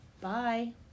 Bye